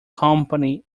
company